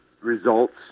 results